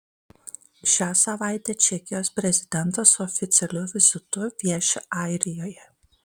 šią savaitę čekijos prezidentas su oficialiu vizitu vieši airijoje